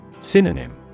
Synonym